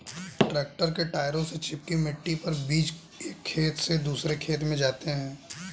tractor के टायरों से चिपकी मिट्टी पर बीज एक खेत से दूसरे खेत में जाते है